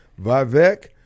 Vivek